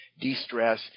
de-stress